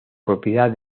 propiedad